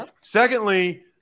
Secondly